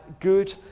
good